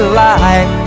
life